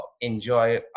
enjoy